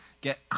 get